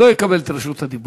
לא יקבל את רשות הדיבור.